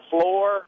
floor